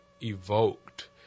evoked